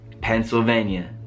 Pennsylvania